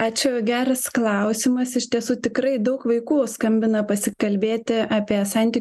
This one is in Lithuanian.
ačiū geras klausimas iš tiesų tikrai daug vaikų skambina pasikalbėti apie santy